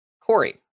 Corey